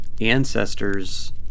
ancestors